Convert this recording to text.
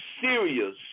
serious